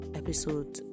episode